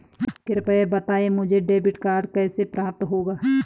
कृपया बताएँ मुझे डेबिट कार्ड कैसे प्राप्त होगा?